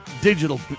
digital